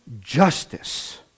justice